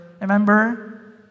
Remember